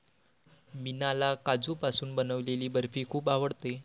मीनाला काजूपासून बनवलेली बर्फी खूप आवडते